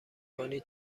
کنی